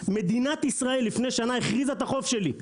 מדינת ישראל הכריזה את החוף שלי לפני שנה.